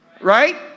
right